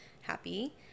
happy